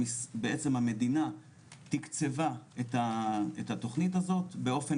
בעצם המדינה תקצבה את התכנית הזאת באופן